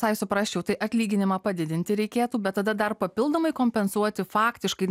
tai suprasčiau tai atlyginimą padidinti reikėtų bet tada dar papildomai kompensuoti faktiškai